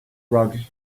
rug